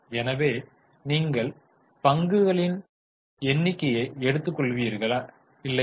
எனவே நீங்கள் பங்குகளின் எண்ணிக்கையை எடுத்துக்கொள்வீர்கள் இல்லையா